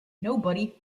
nobody